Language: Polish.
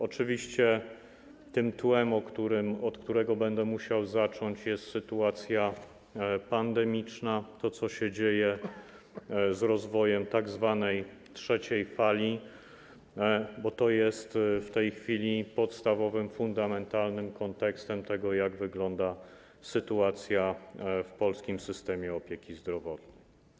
Oczywiście tłem, od którego będę musiał zacząć, jest sytuacja pandemiczna, to, co się dzieje z rozwojem tzw. trzeciej fali, bo to jest w tej chwili podstawowym, fundamentalnym kontekstem tego, jak wygląda sytuacja w polskim systemie opieki zdrowotnej.